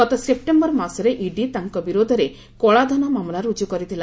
ଗତ ସେପ୍ଟେମ୍ବର ମାସରେ ଇଡି ତାଙ୍କ ବିରୋଧରେ କଳାଧନ ମାମଲା ରୁଜୁ କରିଥିଲା